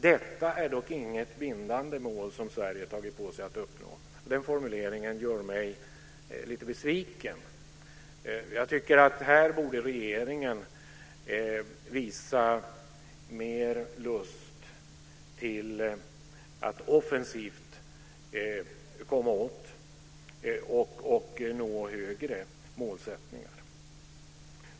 Detta är dock inget bindande mål som Sverige har tagit på sig att uppnå, säger han. Den formuleringen gör mig lite besviken. Jag tycker att regeringen här borde visa mer lust till att offensivt komma åt och nå högre målsättningar.